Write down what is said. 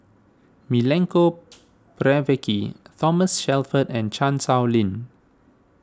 Milenko Prvacki Thomas Shelford and Chan Sow Lin